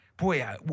Boy